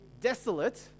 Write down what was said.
desolate